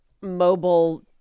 mobile